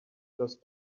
just